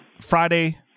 Friday